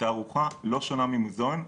תערוכה לא שונה ממוזיאון,